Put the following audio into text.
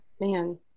Man